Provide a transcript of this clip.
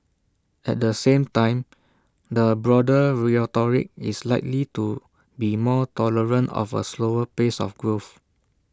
at the same time the broader rhetoric is likely to be more tolerant of A slower pace of growth